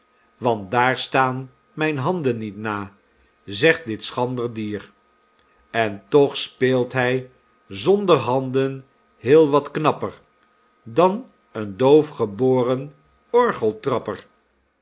want daar staan mijn handen niet na zegt dit schrander dier en toch speelt hy zonder handen heel wat knapper dan een doofgeboren